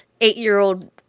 eight-year-old